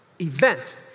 event